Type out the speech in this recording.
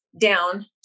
down